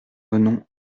venons